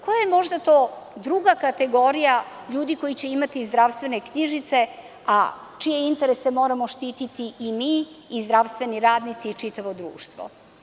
Koja je možda to druga kategorija ljudi koji će imati zdravstvene knjižice a čije interese moramo zaštiti i mi i zdravstveni radnici i čitavo društvo?